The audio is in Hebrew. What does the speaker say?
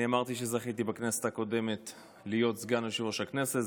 אני אמרתי שזכיתי בכנסת הקודמת להיות סגן יושב-ראש הכנסת.